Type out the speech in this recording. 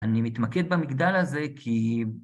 אני מתמקד במגדל הזה כי...